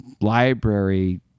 library